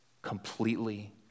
Completely